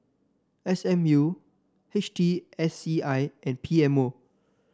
S M U H T S C I and P M O